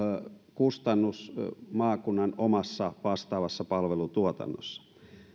kustannus maakunnan omassa vastaavassa palvelutuotannossa